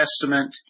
Testament